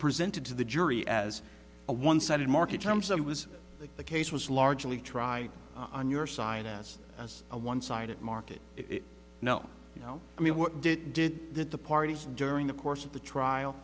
presented to the jury as a one sided market terms of it was the case was largely try on your side as a one sided market no you know i mean what did it did that the parties during the course of the trial